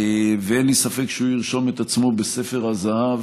ואין לי ספק שהוא ירשום את עצמו בספר הזהב